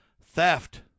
theft